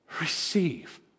receive